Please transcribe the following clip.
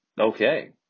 Okay